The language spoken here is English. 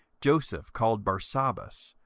joseph called barsabas,